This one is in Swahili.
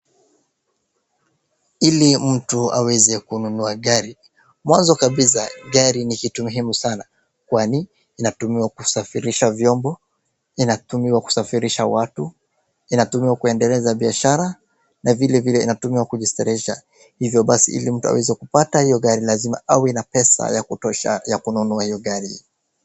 Ili mtu aweze kununua gari mwanzo kabisa gari ni kitu muhimu sana kwani inatumiwa kusafirisha vyombo, inatumiwa kusafirisha watu, inatumiwa kuendeleza biashara na vile vile inatumiwa kijistarehesha. Hivyo basi ili mtu aweze kupata hiyo gari lazima awe na pesa ya kutosha ya kununua hiyo gari.